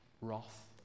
wrath